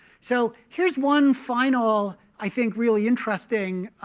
so here's one final, i think, really interesting